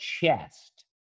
chest